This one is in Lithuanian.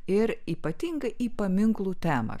ir ypatingai į paminklų temą